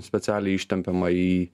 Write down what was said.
specialiai ištempiama į